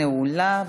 נעולה כמובן.